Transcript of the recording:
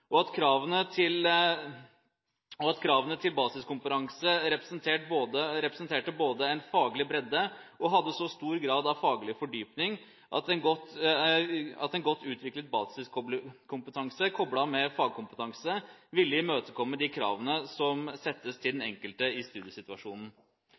og at kravene til basiskompetanse både representerte en faglig bredde og hadde så stor grad av faglig fordypning at en godt utviklet basiskompetanse, koblet med fagkompetanse, ville imøtekomme de kravene som settes til den